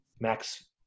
Max